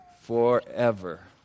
forever